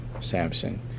Samson